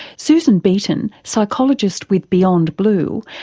susan beaton, psychologist with beyond blue,